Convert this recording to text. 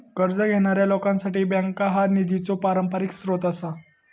कर्ज घेणाऱ्या लोकांसाठी बँका हा निधीचो पारंपरिक स्रोत आसा